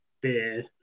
beer